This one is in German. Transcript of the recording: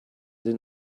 den